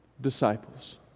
disciples